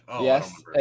Yes